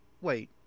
wait